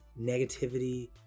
negativity